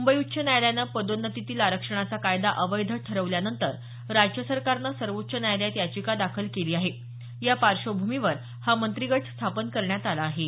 मुंबई उच्च न्यायालयानं पदोन्नतीतील आरक्षणाचा कायदा अवैध ठरवल्यानंतर राज्य सरकारने सर्वोच्च न्यायालयात याचिका दाखल केली आहे या पार्श्वभूमीवर हा मंत्रिगट स्थापन करण्यात आला आहे